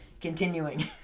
Continuing